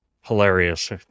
Hilarious